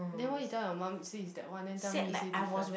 then why you tell your mum say it's that one then tell me you say different